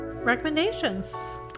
Recommendations